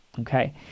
okay